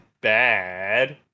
bad